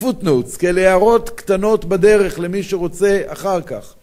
פוט-נוטס, כאלה הערות קטנות בדרך, למי שרוצה אחר כך...